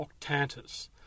Octantis